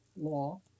law